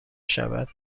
شود